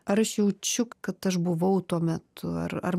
ar aš jaučiu kad aš buvau tuo metu ar ar